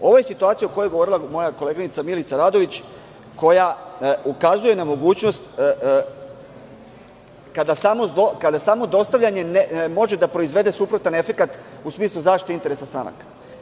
Ovo je situacija o kojoj je govorila moja koleginica Milica Radović, koja ukazuje na mogućnost kada samo dostavljanje može da proizvede suprotan efekat, u smislu zaštite interesa stranaka.